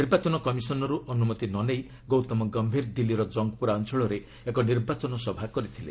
ନିର୍ବାଚନ କମିଶନରୁ ଅନୁମତି ନ ନେଇ ଗୌତମ ଗୟୀର ଦିଲ୍ଲୀର ଜଙ୍ଗପୁରା ଅଞ୍ଚଳରେ ଏକ ନିର୍ବାଚନ ସଭା କରିଥିଲେ